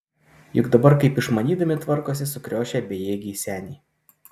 juk dabar kaip išmanydami tvarkosi sukriošę bejėgiai seniai